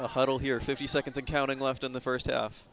the huddle here fifty seconds and counting left in the first half